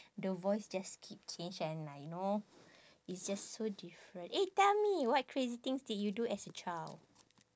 the voice just keep change and I know it's just so different eh tell me what crazy things did you do as a child